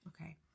okay